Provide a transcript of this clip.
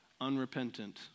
unrepentant